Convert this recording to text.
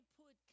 put